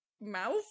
mouth